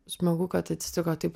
smagu kad atsitiko taip